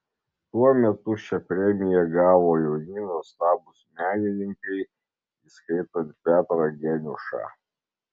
tuo metu šią premiją gavo jauni nuostabūs menininkai įskaitant petrą geniušą